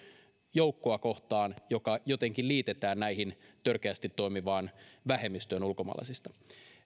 joukkoa kohtaan joka jotenkin liitetään tähän törkeästi toimivaan vähemmistöön ulkomaalaisista